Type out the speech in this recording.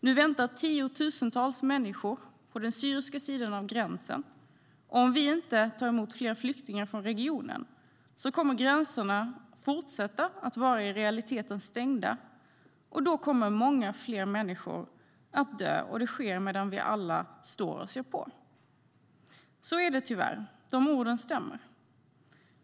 Nu väntar tiotusentals människor på den syriska sidan av gränsen, och om vi inte tar emot fler flyktingar från regionen kommer gränserna fortsätta att vara i realiteten stängda, och då kommer många fler människor att dö, och det sker medan vi alla står och ser på. Så är det tyvärr. De orden stämmer.